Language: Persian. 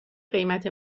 قیمت